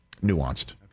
nuanced